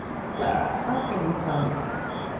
clara how can you tell me that?